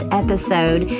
episode